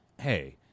hey